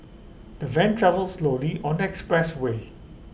the van travelled slowly on expressway